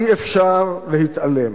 אי-אפשר להתעלם.